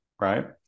right